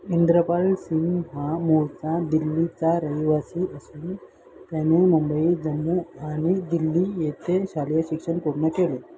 इंद्रपाल सिंग हा मूळचा दिल्लीचा रहिवासी असून त्याने मुंबई जम्मू आणि दिल्ली येथे शालेय शिक्षण पूर्ण केले